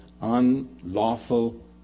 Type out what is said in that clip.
unlawful